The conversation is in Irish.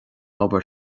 obair